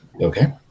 Okay